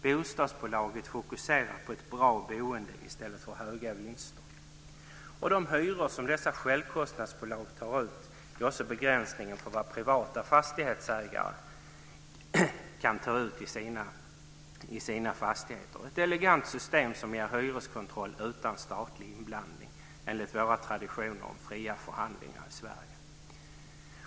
Bostadsbolaget fokuserar på ett bra boende i stället för höga vinster. De hyror som dessa bolag tar ut begränsar också vad privata fastighetsägare kan ta ut för sina fastigheter. Det är ett elegant system som ger hyreskontroll utan statlig inblandning enligt våra traditioner om fria förhandlingar i Sverige.